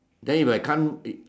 then if I can't